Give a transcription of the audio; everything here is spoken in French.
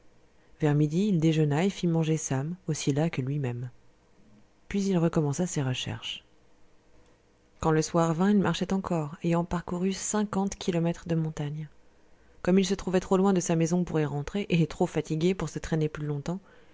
vers midi il déjeuna et fit manger sam aussi las que lui-même puis il recommença ses recherches quand le soir vint il marchait encore ayant parcouru cinquante kilomètres de montagne comme il se trouvait trop loin de sa maison pour y rentrer et trop fatigué pour se traîner plus longtemps